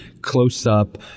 close-up